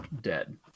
dead